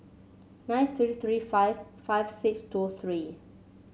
nine three three five five six two three